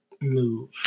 move